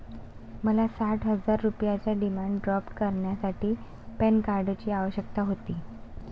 मला साठ हजार रुपयांचा डिमांड ड्राफ्ट करण्यासाठी पॅन कार्डची आवश्यकता होती